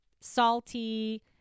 salty